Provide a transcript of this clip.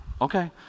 Okay